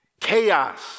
chaos